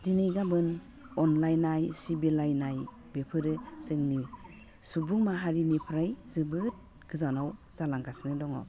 दिनै गाबोन अनलायनाय सिबिलायनाय बेफोरो जोंनि सुबुं माहारिनिफ्राय जोबोद गोजानाव जालांगासिनो दङ